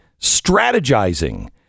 strategizing